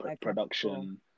production